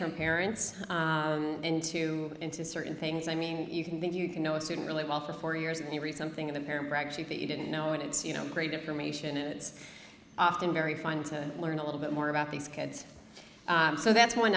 from parents into into certain things i mean you can think you can know a student really well for four years and you read something in the parent brag sheet that you didn't know and it's you know great information and it's often very fun to learn a little bit more about these kids so that's one